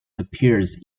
appears